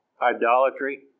idolatry